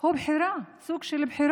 אשרור מינוי השליט,) הוא בחירה, סוג של בחירות.